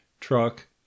truck